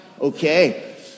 Okay